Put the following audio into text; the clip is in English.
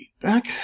feedback